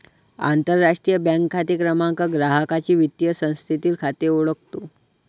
आंतरराष्ट्रीय बँक खाते क्रमांक ग्राहकाचे वित्तीय संस्थेतील खाते ओळखतो